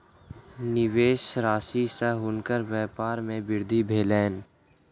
निवेश राशि सॅ हुनकर व्यपार मे वृद्धि भेलैन